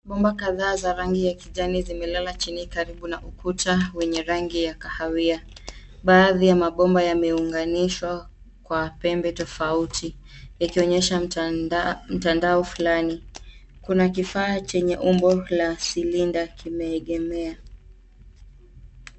Bomba kadhaa za rangi ya kijani zimelala chini karibu na ukuta wenye rangi ya kahawia. Baadhi ya mabomba yameunganishwa kwa pembe tofauti, yakionyesha mtandao fulani. Kuna kifaa chenye umbo la silinda kimeegemea.